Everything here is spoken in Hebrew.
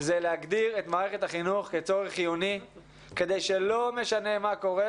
להגדיר את מערכת החינוך כצורך חיוני כדי שלא משנה מה קורה,